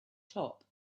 top